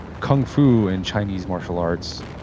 kung fu in chinese martial arts,